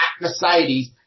Mercedes